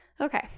Okay